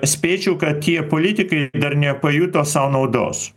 spėčiau kad tie politikai dar nepajuto sau naudos